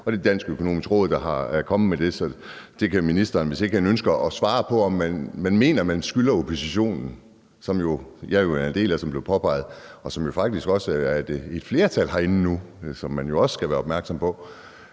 og det er Det Økonomiske Råd i Danmark, der er kommet med det. Måske ministeren ikke ønsker at svare på, om man mener, at man skylder oppositionen – som jeg jo er en del af, som det blev påpeget, og som jo faktisk også nu er et flertal herinde, hvilket man jo også skal være opmærksom på